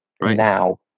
now